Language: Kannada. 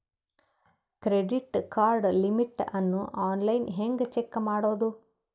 ಕ್ರೆಡಿಟ್ ಕಾರ್ಡ್ ಲಿಮಿಟ್ ಅನ್ನು ಆನ್ಲೈನ್ ಹೆಂಗ್ ಚೆಕ್ ಮಾಡೋದು?